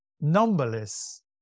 numberless